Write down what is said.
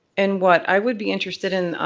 and what i would be interested in,